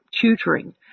tutoring